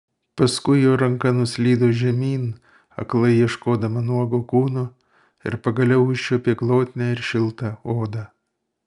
paskui jo ranka nuslydo žemyn aklai ieškodama nuogo kūno ir pagaliau užčiuopė glotnią ir šiltą odą